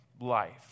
life